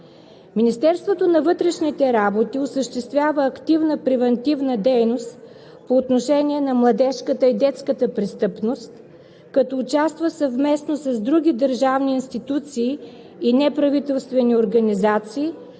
Министерството на вътрешните работи осъществява активна превантивна дейност по отношение на младежката и детската престъпност, като участва съвместно с други държавни институции и неправителствени организации